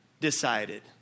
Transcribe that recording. decided